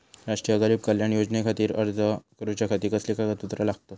राष्ट्रीय गरीब कल्याण योजनेखातीर अर्ज करूच्या खाती कसली कागदपत्रा लागतत?